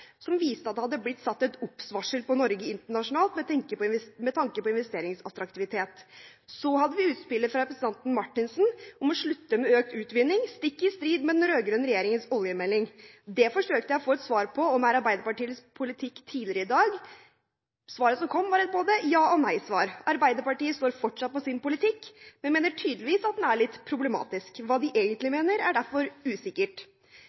som viste at det hadde blitt satt et obs-varsel på Norge internasjonalt med tanke på investeringsattraktivitet. Så hadde vi utspillet fra representanten Marthinsen om å slutte med økt utvinning, stikk i strid med den rød-grønne regjeringens oljemelding. Det forsøkte jeg tidligere i dag å få et svar på om er Arbeiderpartiets politikk. Svaret som kom, var både et ja- og et nei-svar. Arbeiderpartiet står fortsatt på sin politikk, men mener tydeligvis at den er litt problematisk. Hva de egentlig mener, er derfor usikkert.